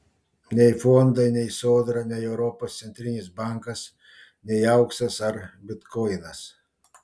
nei fondai nei sodra nei europos centrinis bankas nei auksas ar bitkoinas